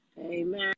Amen